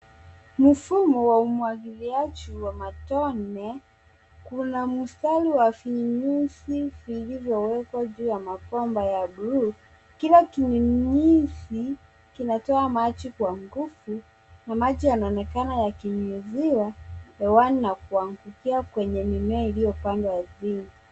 Mfumo wa umwagiliaji wa matone una mistari wa vinyunyuzi vilivyowekwa juu ya mabomba ya buluu, kila kinyunyizi kinatoa maji kwa nguvu na maji yanaonekana yakinyunyuziwa hewani na kuangukia kwenye mimea iliyopandwa ardhini.